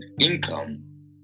income